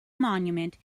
monument